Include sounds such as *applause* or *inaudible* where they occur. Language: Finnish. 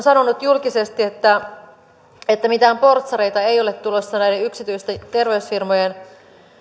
*unintelligible* sanonut julkisesti että mitään portsareita ei ole tulossa näiden yksityisten terveysfirmojen